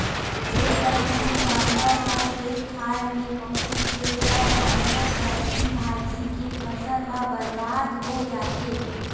एक बार कहूँ जानवर ह खेत खार मे पहुच गे त जम्मो सब्जी भाजी के फसल ह बरबाद हो जाथे